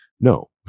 no